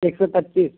ایک سو پچیس